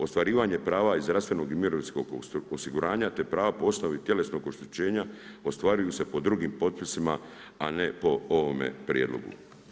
Ostvarivanje prava iz zdravstvenog i mirovinskog osiguranja te prava po osnovi tjelesnog oštećenja ostvaruju se pod drugim potpisima, a ne po ovome prijedlogu.